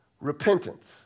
repentance